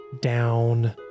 down